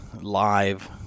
live